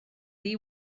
ddi